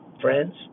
friends